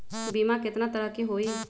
बीमा केतना तरह के होइ?